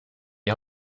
die